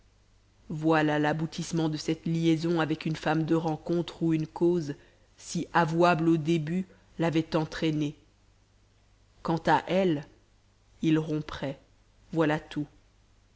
voilà l'aboutissement de cette liaison avec une femme de rencontre où une cause si avouable au début l'avait entraîné quant à elle il romprait voilà tout